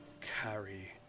carry